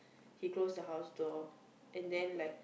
he close the house door and then like